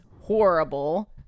horrible